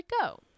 go